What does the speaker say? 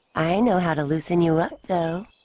i know how to loosen you up though